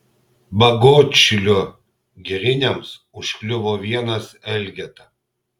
bagotšilio giriniams užkliuvo vienas elgeta